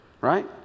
right